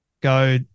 go